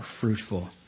fruitful